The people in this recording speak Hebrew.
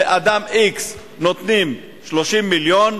לאדם x נותנים 30 מיליון,